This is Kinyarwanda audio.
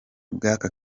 bw’aka